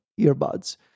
earbuds